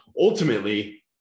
ultimately